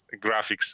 graphics